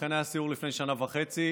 אכן, היה סיור לפני שנה וחצי.